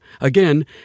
Again